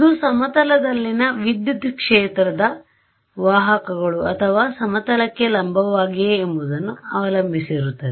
ಇದು ಸಮತಲದಲ್ಲಿನ ವಿದ್ಯುತ್ ಕ್ಷೇತ್ರದ ವಾಹಕಗಳು ಅಥವಾ ಸಮತಲಕ್ಕೆ ಲಂಬವಾಗಿವೆಯೇ ಎಂಬುದನ್ನು ಅವಲಂಬಿಸಿರುತ್ತದೆ